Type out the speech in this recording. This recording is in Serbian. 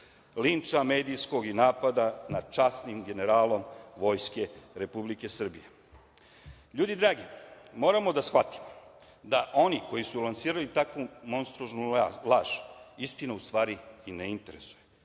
linča medijskog i napada nad časnim generalom Vojske Republike Srbije. Ljudi dragi, moramo da shvatimo da oni koji su lansirali takvu monstruoznu laž istina u stvari i ne interesuje,